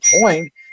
point